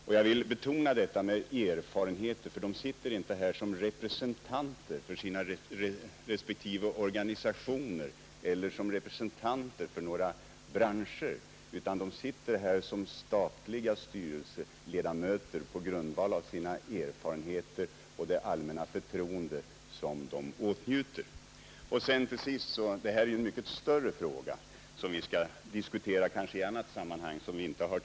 Och jag vill betona detta med erfarenheter, för de sitter inte i länsstyrelserna som representanter för sina respektive organisationer eller som representanter för några branscher, utan de sitter där som statliga styrelseledamöter på grundval av sina erfarenheter och det allmänna förtroende som de åtnjuter. Här kommer vi också in på en annan och mycket större fråga, nämligen hur vi skall se på arbetsfördelningen mellan stat och kommun på länsnivån.